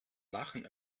lachen